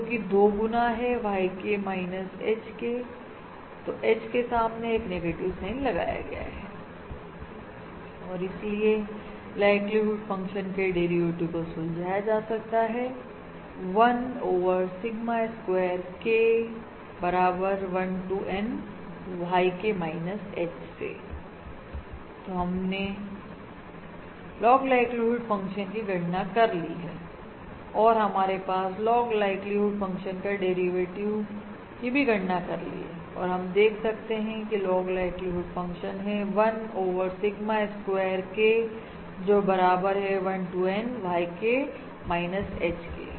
जो कि 2 गुना है YK माइनस H के तोH के सामने एक नेगेटिव साइन लगाया गया है और इसलिए लाइक्लीहुड फंक्शन के डेरिवेटिव को सुलझाया जा सकता है 1 ओवर सिग्मा स्क्वायर Kबराबर हैं1 to N YK minus H तो हमने लोग लाइक्लीहुड फंक्शन की गणना कर ली है और हमारे पास लॉग लाइक्लीहुड फंक्शन का डेरिवेटिव की भी गणना कर ली है और हम देख सकते हैं की लॉग लाइक्लीहुड फंक्शन है 1 ओवर सिग्मा स्क्वायर K जो बराबर हैं 1 to N YK minus H के